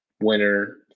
Winner